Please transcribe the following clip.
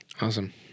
Awesome